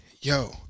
yo